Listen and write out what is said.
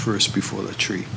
first before the tree